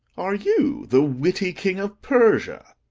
are you the witty king of persia?